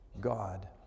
God